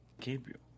Gabriel